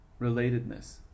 relatedness